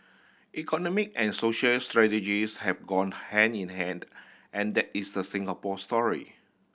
economy and social strategies have gone hand in hand and that is the Singapore story